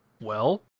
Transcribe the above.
Well